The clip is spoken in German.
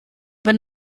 wenn